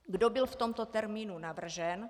Kdo byl v tomto termínu navržen?